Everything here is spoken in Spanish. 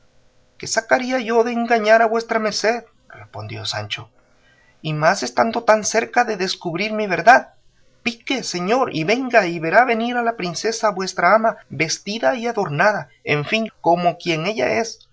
qué sacaría yo de engañar a vuesa merced respondió sancho y más estando tan cerca de descubrir mi verdad pique señor y venga y verá venir a la princesa nuestra ama vestida y adornada en fin como quien ella es